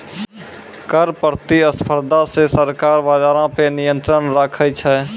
कर प्रतिस्पर्धा से सरकार बजारो पे नियंत्रण राखै छै